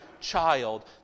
child